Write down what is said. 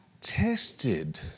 tested